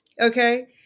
okay